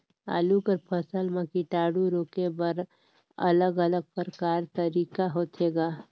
आलू कर फसल म कीटाणु रोके बर अलग अलग प्रकार तरीका होथे ग?